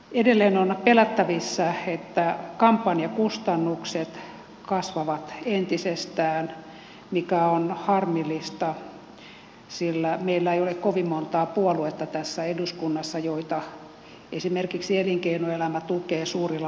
edelleen on pelättävissä että kampanjakustannukset kasvavat entisestään mikä on harmillista sillä meillä ei ole kovin montaa puoluetta tässä eduskunnassa joita esimerkiksi elinkeinoelämä tukee suurilla lahjoituksilla